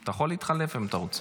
אתה יכול להתחלף, אם אתה רוצה.